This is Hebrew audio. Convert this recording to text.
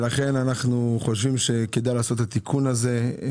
לכן, אנחנו חושבים שכדאי לעשות את התיקון הזה.